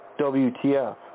WTF